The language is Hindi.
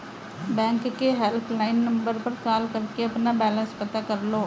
बैंक के हेल्पलाइन नंबर पर कॉल करके अपना बैलेंस पता कर लो